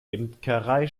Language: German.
imkerei